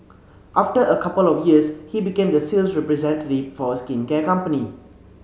after a couple of years he became the sales representative for a skincare company